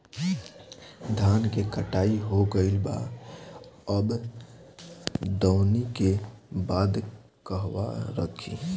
धान के कटाई हो गइल बा अब दवनि के बाद कहवा रखी?